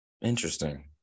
Interesting